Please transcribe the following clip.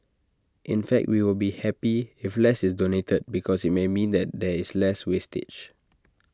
in fact we will be happy if less is donated because IT may mean that there is less wastage